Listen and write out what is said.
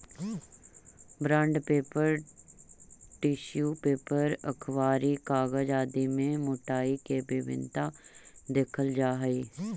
bond paper, tissue paper, अखबारी कागज आदि में मोटाई के भिन्नता देखल जा हई